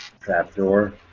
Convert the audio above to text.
trapdoor